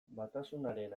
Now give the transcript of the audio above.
batasunaren